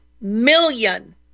million